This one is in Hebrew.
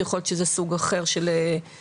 יכול להיות שזה סוג אחר של פעילות.